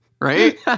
right